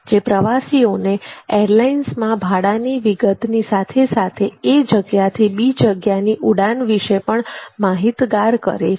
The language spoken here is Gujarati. જે પ્રવાસીઓને એરલાઇન્સમાં ભાડાની વિગતની સાથે સાથે A જગ્યાથી B જગ્યાની ઉડાન વિશે પણ માહિતગાર કરે છે